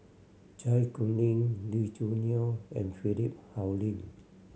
Zai Kuning Lee Choo Neo and Philip Hoalim